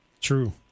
True